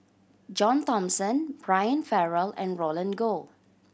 John Thomson Brian Farrell and Roland Goh